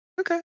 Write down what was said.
okay